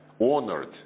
honored